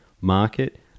market